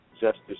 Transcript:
Justice